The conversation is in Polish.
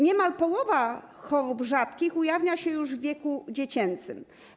Niemal połowa chorób rzadkich ujawnia się już w wieku dziecięcym.